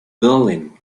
berlin